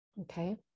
okay